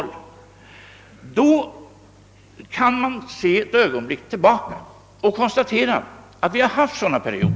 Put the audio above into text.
Låt oss ett ögonblick se tillbaka och konstatera att vi haft perioder av båda dessa slag.